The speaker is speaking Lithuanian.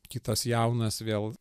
kitas jaunas vėl